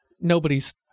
nobody's